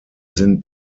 sind